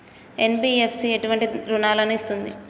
NBFC ఎటువంటి రుణాలను ఇస్తుంది?